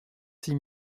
six